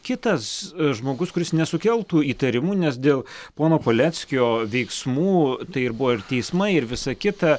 kitas žmogus kuris nesukeltų įtarimų nes dėl pono paleckio veiksmų tai ir buvo ir teismai ir visa kita